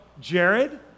Jared